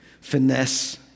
finesse